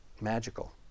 magical